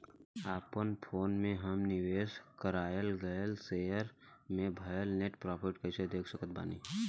अपना फोन मे हम निवेश कराल गएल शेयर मे भएल नेट प्रॉफ़िट कइसे देख सकत बानी?